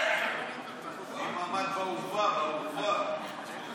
לו ממ"ד באורווה, באורווה.